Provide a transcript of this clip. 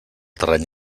terreny